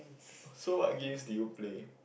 so what games do you play